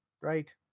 right